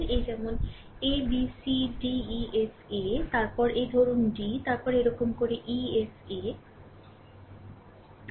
এই যেমন a b c d e f a তারপর এই ধরুন d তারপর এরকম করে e f a